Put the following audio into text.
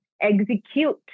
execute